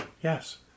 Yes